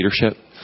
leadership